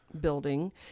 building